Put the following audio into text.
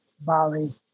Bali